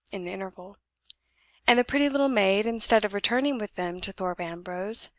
in the interval and the pretty little maid, instead of returning with them to thorpe ambrose,